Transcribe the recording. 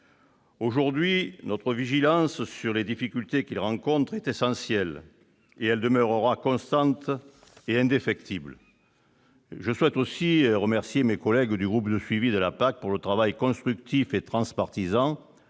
Aujourd'hui, notre vigilance sur les difficultés qu'ils rencontrent est essentielle, elle demeurera constante et indéfectible. Je souhaite aussi remercier mes collègues du groupe de suivi de la PAC pour le travail constructif et transpartisan